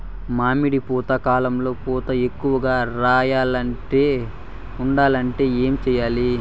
మామిడి పూత కాలంలో పూత ఎక్కువగా రాలకుండా ఉండాలంటే ఏమి చెయ్యాలి?